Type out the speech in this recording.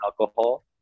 alcohol